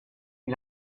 wie